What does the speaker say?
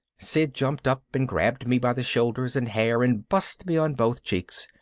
sid jumped up and grabbed me by the shoulders and hair and bussed me on both cheeks.